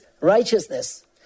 righteousness